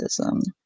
autism